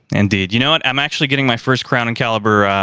indeed. you know what? i'm actually getting my first crown and caliber.